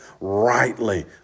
rightly